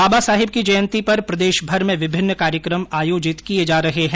बाबा साहब की जयन्ती पर प्रदेशभर में विभिन्न कार्यक्रम आयोजित किए जा रहे है